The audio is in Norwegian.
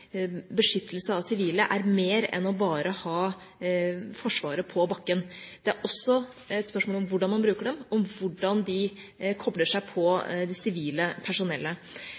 beskyttelse av sivile er mer enn bare å ha forsvaret på bakken. Det er også et spørsmål om hvordan man bruker dem, om hvordan de kobler seg på det sivile personellet.